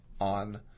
on